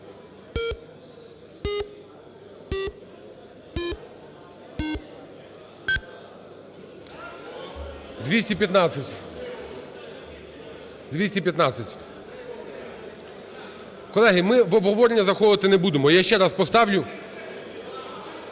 За-215 Колеги, ми в обговорення заходимо не будемо. Я ще раз поставлю.